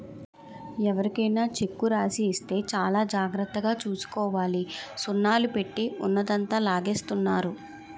ఎవరికైనా చెక్కు రాసి ఇస్తే చాలా జాగ్రత్తగా చూసుకోవాలి సున్నాలు పెట్టి ఉన్నదంతా లాగేస్తున్నారు